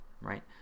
Right